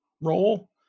role